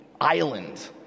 island